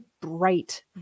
bright